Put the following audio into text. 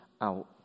out